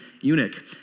eunuch